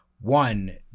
One